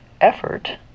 effort